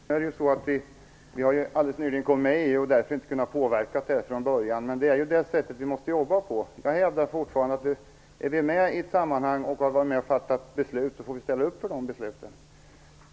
Fru talman! Nu är det ju så att vi alldeles nyligen har gått med i EU. Vi har därför inte kunnat vara med och påverka från början. Det är det sättet vi måste jobba på. Jag hävdar fortfarande att om vi är med i ett sammanhang och har varit med om att fatta beslut, så får vi ställa upp på de besluten.